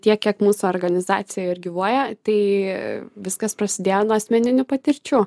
tiek kiek mūsų organizacija ir gyvuoja tai viskas prasidėjo nuo asmeninių patirčių